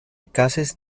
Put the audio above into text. cases